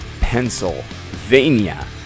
Pennsylvania